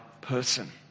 person